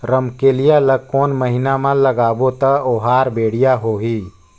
रमकेलिया ला कोन महीना मा लगाबो ता ओहार बेडिया होही?